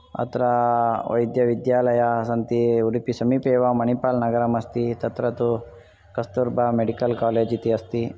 अत्र वैद्यविद्यालयाः सन्ति उडुपी समीपे एव मणिपाल् नगरम् अस्ति तत्र तु कस्तूर्बा मेडिकल् कालेज् इति अस्ति